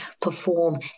perform